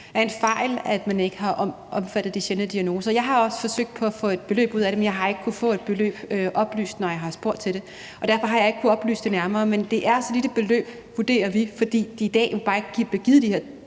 det er en fejl, at de sjældne diagnoser ikke har været omfattet. Jeg har også forsøgt at få et beløb oplyst, men jeg har ikke kunnet få et beløb oplyst, når jeg har spurgt til det. Derfor har jeg ikke kunnet oplyse om det nærmere. Men det er så lille et beløb, vurderer vi, fordi de tilskud i dag bare ikke bliver givet. Så det